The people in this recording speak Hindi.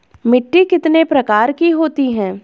मिट्टी कितने प्रकार की होती है?